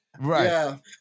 right